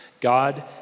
God